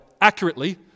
accurately